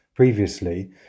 previously